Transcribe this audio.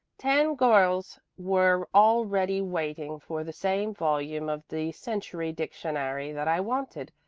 ten girls were already waiting for the same volume of the century dictionary that i wanted,